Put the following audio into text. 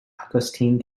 augustine